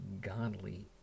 godly